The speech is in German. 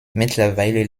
mittlerweile